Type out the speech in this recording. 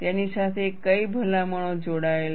તેની સાથે કઈ ભલામણો જોડાયેલ છે